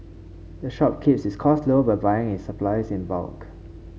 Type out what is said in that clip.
the shop keeps its cost low by buying its supplies in bulk